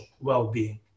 well-being